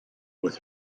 with